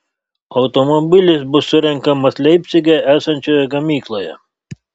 automobilis bus surenkamas leipcige esančioje gamykloje